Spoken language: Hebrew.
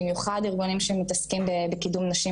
במיוחד ארגונים שמתעסקים בקידום נשים